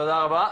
תודה רבה,